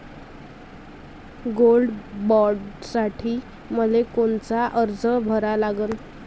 Gold बॉण्डसाठी मले कोनचा अर्ज भरा लागन?